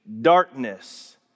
darkness